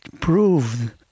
proved